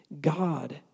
God